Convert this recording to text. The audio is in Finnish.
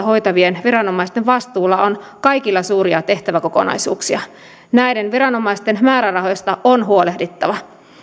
hoitavien viranomaisten vastuulla on kaikilla suuria tehtäväkokonaisuuksia näiden viranomaisten määrärahoista on huolehdittava